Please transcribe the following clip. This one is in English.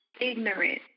ignorant